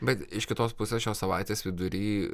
bet iš kitos pusės šios savaitės vidury